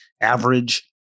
average